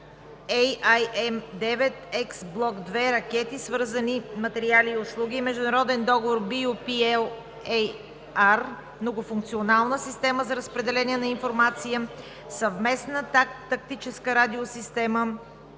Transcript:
AIM 9X Блок II ракети, свързани материали и услуги“ и Международен договор BU-P-LAR „Многофункционална система за разпределение на информация – Съвместна тактическа радиосистема